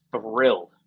thrilled